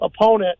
opponent